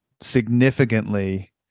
significantly